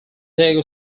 diego